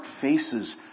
faces